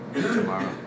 tomorrow